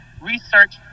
research